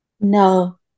No